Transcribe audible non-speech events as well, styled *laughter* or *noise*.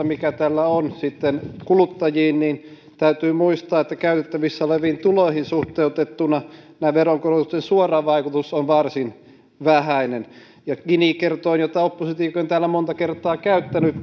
*unintelligible* mikä vaikutus tällä on kuluttajiin niin täytyy muistaa että käytettävissä oleviin tuloihin suhteutettuna veronkorotuksen suora vaikutus on varsin vähäinen gini kertoimella mitattuna jota oppositiokin on täällä monta kertaa käyttänyt